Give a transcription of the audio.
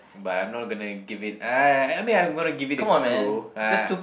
but I'm not gonna give it ah I I mean I'm gonna give it a go ah